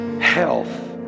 health